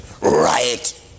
right